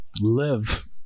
live